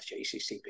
JCCP